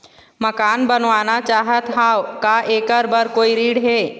मकान बनवाना चाहत हाव, का ऐकर बर कोई ऋण हे?